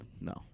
No